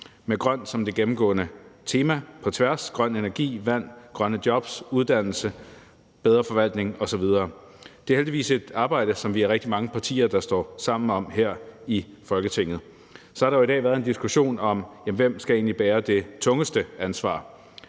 med grønt som det gennemgående tema på tværs – grøn energi, vand, grønne jobs, uddannelse, bedre forvaltning osv. Det er heldigvis et arbejde, som vi er rigtig mange partier der står sammen om her i Folketinget. Så har der jo i dag været en diskussion om, hvem der egentlig skal bære det tungeste ansvar,